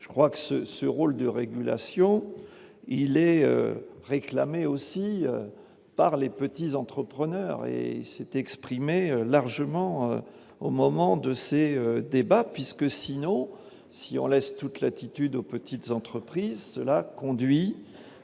je crois que ce ce rôle de régulation, il est réclamée aussi par les petits entrepreneurs et s'est exprimée largement au moment de ces débats puisque sinon, si on laisse toute latitude aux petites entreprises, cela conduit